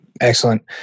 Excellent